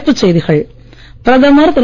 தலைப்புச் செய்திகள் பிரதமர் திரு